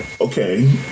okay